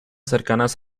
cercanas